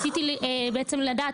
מתוך 5000 פניות ציבור,